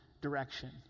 direction